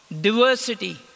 diversity